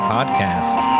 Podcast